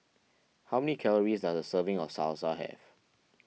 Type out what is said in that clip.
how calories does a serving of Salsa have